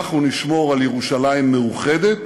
אנחנו נשמור על ירושלים מאוחדת